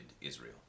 Israel